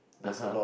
(uh huh)